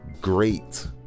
Great